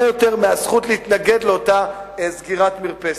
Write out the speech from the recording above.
יותר מהזכות להתנגד לאותה סגירת מרפסת.